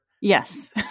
yes